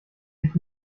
sich